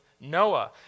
Noah